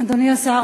אדוני השר,